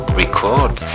record